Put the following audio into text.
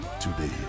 today